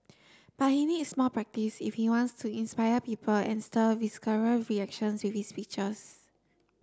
but he needs more practise if he wants to inspire people and stir visceral reactions with speeches